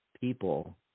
people